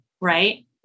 right